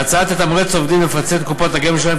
ההצעה תתמרץ עובדים לפצל את קופות הגמל שלהם,